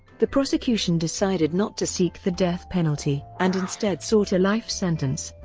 the prosecution decided not to seek the death penalty and instead sought a life sentence.